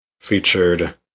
featured